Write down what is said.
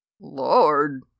Lord